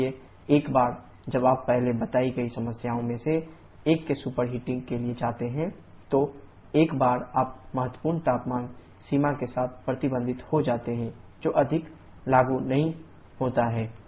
इसलिए एक बार जब आप पहले बताई गई समस्याओं में से एक के सुपरहिटिंग के लिए जाते हैं तो एक बार आप महत्वपूर्ण तापमान सीमा के साथ प्रतिबंधित हो जाते हैं जो अधिक लागू नहीं होता है